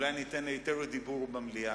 לכן אולי אני אתן היתר לדיבור במליאה.